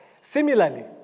Similarly